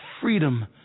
freedom